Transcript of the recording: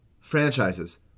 franchises